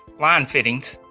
line fittings